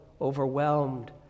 overwhelmed